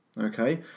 Okay